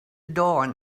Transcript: dawn